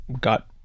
got